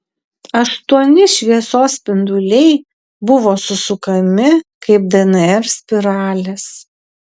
aštuoni šviesos spinduliai buvo susukami kaip dnr spiralės